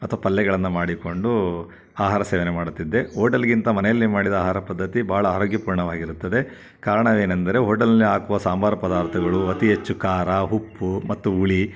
ಅಥ್ವಾ ಪಲ್ಯಗಳನ್ನ ಮಾಡಿಕೊಂಡು ಆಹಾರ ಸೇವನೆ ಮಾಡುತ್ತಿದ್ದೆ ಓಟೆಲ್ಗಿಂತ ಮನೆಯಲ್ಲೇ ಮಾಡಿದ ಆಹಾರ ಪದ್ಧತಿ ಬಹಳ ಆರೋಗ್ಯ ಪೂರ್ಣವಾಗಿರುತ್ತದೆ ಕಾರಣವೇನೆಂದರೆ ಓಟೆಲ್ನಲ್ಲಿ ಹಾಕುವ ಸಾಂಬಾರ ಪದಾರ್ಥಗಳು ಅತಿ ಹೆಚ್ಚು ಖಾರ ಉಪ್ಪು ಮತ್ತು ಹುಳಿ